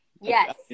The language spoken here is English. Yes